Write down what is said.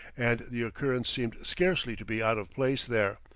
and the occurrence seemed scarcely to be out of place there,